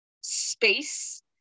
space